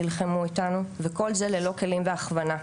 נלחמו איתנו וכל זה ללא כלים והכוונה.